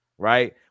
Right